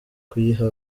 kuyiha